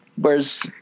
Whereas